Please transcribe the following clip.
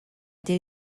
din